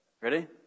Ready